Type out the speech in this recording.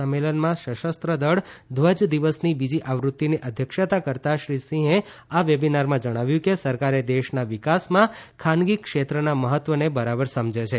સંમેલનમાં સશસ્ત્ર દળ ધ્વજ દિવસની બીજી આવૃત્તિની અધ્યક્ષતા કરતાં શ્રી સિંહએ આ વેબીનારમાં જણાવ્યું કે સરકારે દેશના વિકાસમાં ખાનગી ક્ષેત્રના મહત્વને બરાબર સમજે છે